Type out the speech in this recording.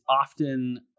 often